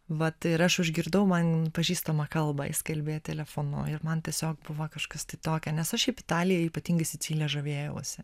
vat ir aš užgirdau man pažįstamą kalbą jis kalbėjo telefonu ir man tiesiog buvo kažkas tai tokio nes aš šiaip italiją ypatingai sicilija žavėjavausi